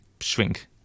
shrink